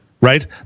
right